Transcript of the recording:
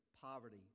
poverty